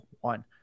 one